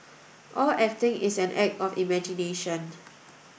all acting is an act of imagination